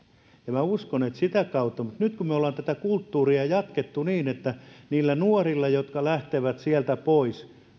minä uskon että sitä kautta mutta nyt kun on tätä kulttuuria jatkettu niin että niillä nuorilla jotka lähtevät sieltä pois